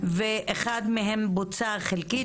ואחד מהם בוצע חלקית.